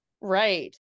Right